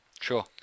Sure